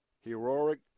Heroic